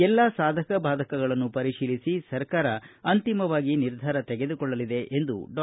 ಎಲ್ಲಾ ಸಾಧಕ ಬಾಧಕಗಳನ್ನು ಪರಿಶೀಲಿಸಿ ಸರ್ಕಾರ ಅಂತಿಮವಾಗಿ ನಿರ್ಧಾರ ತೆಗೆದುಕೊಳ್ಳಲಿದೆ ಎಂದು ಡಾ